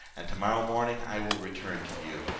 and tomorrow morning i will return to you.